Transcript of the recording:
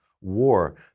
war